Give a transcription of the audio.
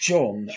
John